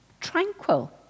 tranquil